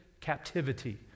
captivity